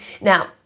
Now